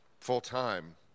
full-time